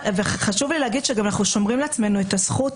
חשוב לי להגיד שגם אנחנו שומרים לעצמנו את הזכות